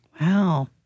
Wow